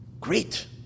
Great